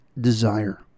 desire